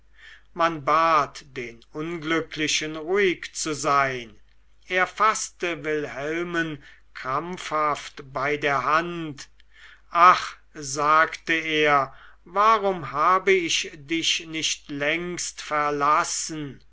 man bat den unglücklichen ruhig zu sein er faßte wilhelmen krampfhaft bei der hand ach sagte er warum habe ich dich nicht längst verlassen